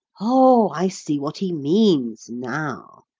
oh, i see what he means now,